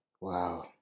Wow